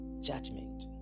judgment